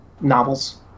novels